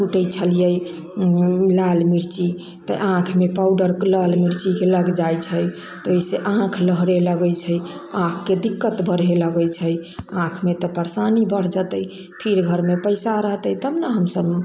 कूटै छलियै लाल मिर्ची तऽ आँखि मे पाउडर लाल मिर्ची के लग जाइ छै तऽ ओहिसे आँख लहरे लगै छै आँख के दिक्कत बढ़े लगै छै आँख मे तब परेशानी बढ़ जेतै फिर घरमे पैसा रहतै तब न हमसब